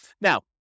Now